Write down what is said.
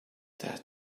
that